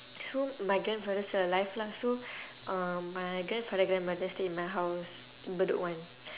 so my grandfather still alive lah so um my grandfather grandmother stay in my house bedok one